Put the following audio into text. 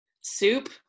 soup